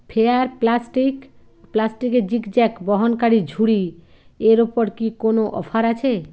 fair plastic প্লাস্টিকের zigzag বহনকারী ঝুড়ি এর ওপর কি কোনও অফার আছে